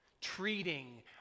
Treating